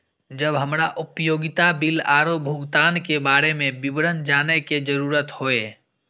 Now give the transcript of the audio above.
जब हमरा उपयोगिता बिल आरो भुगतान के बारे में विवरण जानय के जरुरत होय?